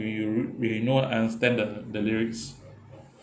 when you when you know and standard the the lyrics